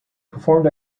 performed